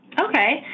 Okay